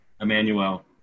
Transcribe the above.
Emmanuel